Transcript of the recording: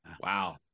Wow